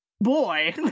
boy